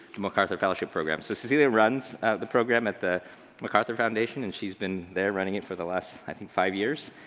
the macarthur fellowship program. so, cecilia runs the program at the macarthur foundation and she's been there running it for the last, i think five years,